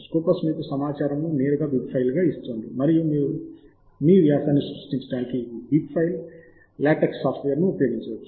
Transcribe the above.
Scopus మీకు సమాచారమును నేరుగా బిబ్ ఫైల్ గా ఇస్తోంది మరియు మీరు మీ వ్యాసాన్ని సృష్టించడానికి ఈ బిబ్ ఫైల్ లాటెక్స్ సాఫ్ట్వేర్ను ఉపయోగించవచ్చు